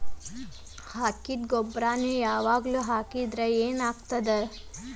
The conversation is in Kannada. ಹಾಕಿದ್ದ ಗೊಬ್ಬರಾನೆ ಯಾವಾಗ್ಲೂ ಹಾಕಿದ್ರ ಏನ್ ಆಗ್ತದ?